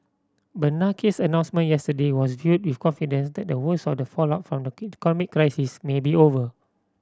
Bernanke's announcement yesterday was viewed with confidence that the worst of the fallout from the economic crisis may be over